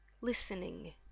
listening